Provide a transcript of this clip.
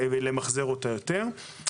למחזר אותה יותר.